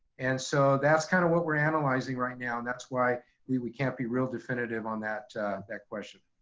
and so that's kinda what we're analyzing right now and that's why we we can't be real definitive on that that question.